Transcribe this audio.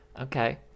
Okay